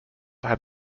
had